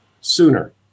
sooner